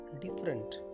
different